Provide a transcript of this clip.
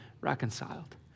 reconciled